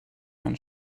man